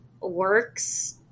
works